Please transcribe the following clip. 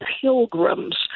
Pilgrims